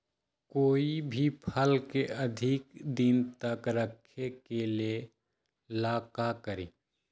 कोई भी फल के अधिक दिन तक रखे के ले ल का करी?